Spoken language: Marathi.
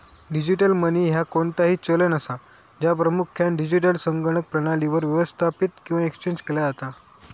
डिजिटल मनी ह्या कोणताही चलन असा, ज्या प्रामुख्यान डिजिटल संगणक प्रणालीवर व्यवस्थापित किंवा एक्सचेंज केला जाता